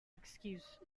excuse